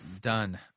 Done